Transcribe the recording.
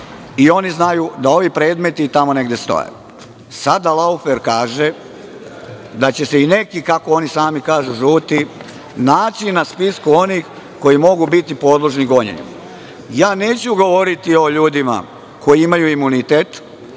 i oni znaju da ovi predmeti tamo negde stoje. Sada „Laufer“ kaže da će se i neki, kako oni sami kažu, žuti naći na spisku onih koji mogu biti podložni gonjenju. Ja neću govoriti o ljudima koji imaju imunitet.